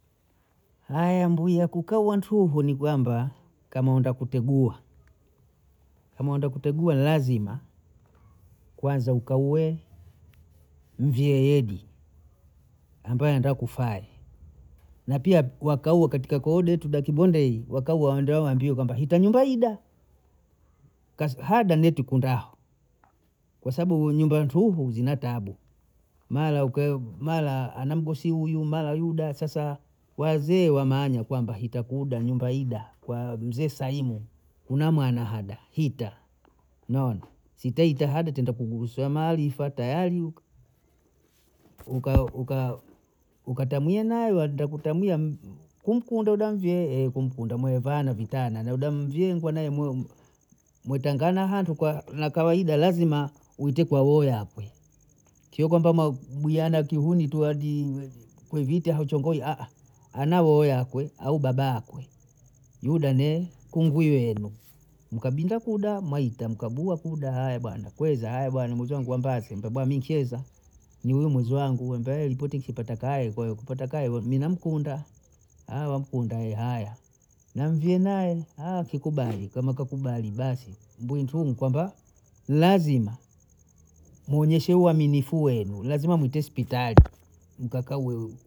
Haya mbuya kukawa ntuhu ni kwamba, kama naenda kutegua, kama wenda kutegua lazima, kwanza ukauwe mvyee yedi, ambaye antakufae, na pia wakauwe katika kodi tudaki bondei wakawau wandae wambie hita nyumba ida, kasi hada netikundaa, kwa sabu nyumba yentuhu zinatabu, mara ukae mara ana mgosi huyu mara yuda sasa wazee wamanya kwamba hitakuda nyumba hida, kwa mzee saimu, kuna mwana hada hita, umeona sitaita hada taenda kugugusua maarifa tayariku, ukatamina wenda kutamia kumkunda damvie, kumkunda mwevana vitana na eba mvyengwa naye mwetangana hantu kwa na kawaida lazima uite kwa roho yakwe, kio kwamba mebuyana kihuni tu hadi kwemvita hachongoi, ana roho yakwe au baba akwe, yuda ne kungwi yenu, mkabinja kuda mwaita, mkabua kuda aya bwana, koza aya mwezangu wa mbase ndoma micheza, huyu mwezi wangu ambaye ripotikeshapatakai, kwaiyo kupata kai, kwaiyo kupata we mina mkunda, aya nkunda, aya, na mvimae? kikubali kama kakubali basi mbwintumu kwamba, nlazima muonyeshe uaminifu wenu, lazima mwite spitali mkakaweu